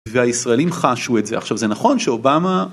והישראלים חשו את זה. עכשיו, זה נכון שאובמה...